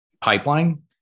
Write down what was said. pipeline